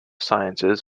sciences